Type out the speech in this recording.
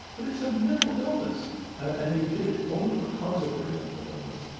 but it's a mental illness and they did it only because of their mental illness.